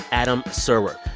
adam serwer.